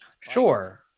Sure